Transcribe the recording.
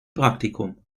praktikum